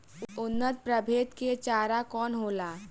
उन्नत प्रभेद के चारा कौन होला?